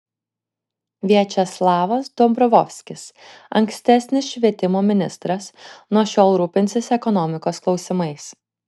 viačeslavas dombrovskis ankstesnis švietimo ministras nuo šiol rūpinsis ekonomikos klausimais